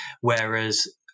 whereas